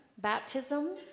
Baptism